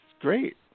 great